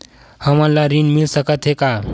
हमन ला ऋण मिल सकत हे का?